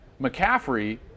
McCaffrey